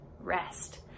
rest